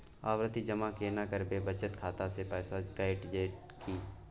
आवर्ति जमा केना करबे बचत खाता से पैसा कैट जेतै की?